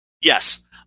Yes